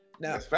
Now